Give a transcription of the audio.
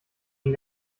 den